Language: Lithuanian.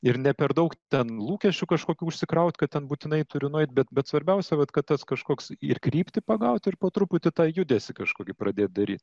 ir ne per daug ten lūkesčių kažkokių užsikraut kad ten būtinai turiu nueit bet bet svarbiausia vat kad tas kažkoks ir kryptį pagaut ir po truputį tą judesį kažkokį pradėt daryt